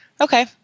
Okay